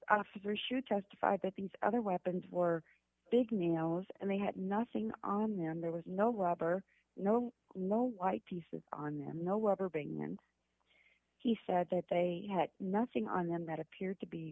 officer shoot testified that these other weapons were big nails and they had nothing on them there was no rubber no no white pieces on them no weather being and he said that they had nothing on them that appeared to be